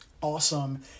awesome